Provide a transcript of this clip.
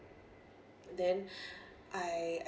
then I